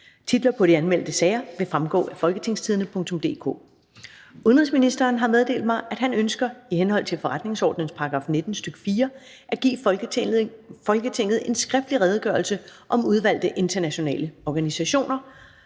Titlerne på de anmeldte sager vil fremgå af www.folketingstidende.dk (jf. ovenfor). Udenrigsministeren (Jeppe Kofod) har meddelt mig, at han ønsker i henhold til forretningsordenens § 19, stk. 4, at give Folketinget en skriftlig: Redegørelse om udvalgte internationale organisationer.